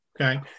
Okay